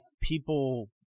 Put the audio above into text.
people